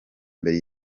mbere